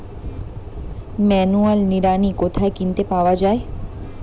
Manual নিড়ানি কোথায় কিনতে পাওয়া যায়?